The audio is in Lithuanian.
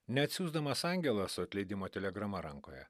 neatiųsdamas angelą su atleidimo telegrama rankoje